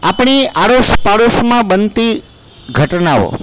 આપણી આડોસપડોસમાં બનતી ઘટનાઓ